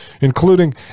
including